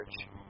Church